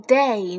day